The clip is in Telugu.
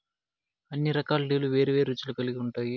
అన్ని రకాల టీలు వేరు వేరు రుచులు కల్గి ఉంటాయి